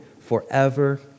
forever